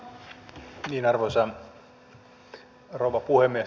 arvoisa rouva puhemies